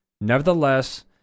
Nevertheless